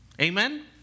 Amen